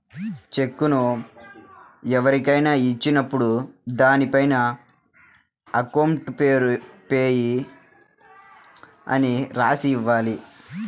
చెక్కును ఎవరికైనా ఇచ్చినప్పుడు దానిపైన అకౌంట్ పేయీ అని రాసి ఇవ్వాలి